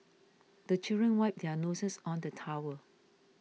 the children wipe their noses on the towel